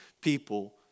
people